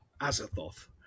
Azathoth